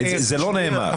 זה לא נאמר.